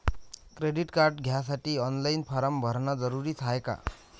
Credit card घ्यासाठी online form भरन जरुरीच हाय का?